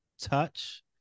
touch